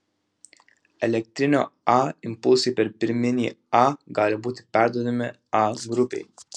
elektrinio a impulsai per pirminį a gali būti perduodami a grupei